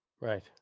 right